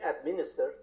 administered